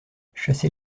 chasser